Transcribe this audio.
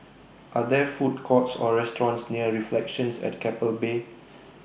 Are There Food Courts Or restaurants near Reflections At Keppel Bay